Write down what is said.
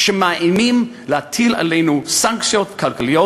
מאיימים להטיל עלינו סנקציות כלכליות